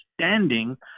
standing